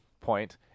point